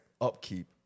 upkeep